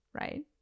right